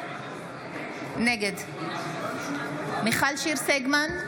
נגד מיכל שיר סגמן,